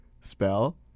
spell